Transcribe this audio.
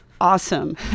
awesome